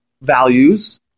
values